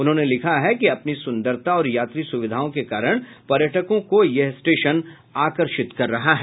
उन्होंने लिखा है कि अपनी सुंदरता और यात्री सुविधाओं के कारण पर्यटकों को यह स्टेशन आकर्षित कर रहा है